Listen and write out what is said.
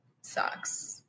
Sucks